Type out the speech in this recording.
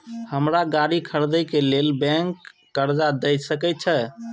हमरा गाड़ी खरदे के लेल बैंक कर्जा देय सके छे?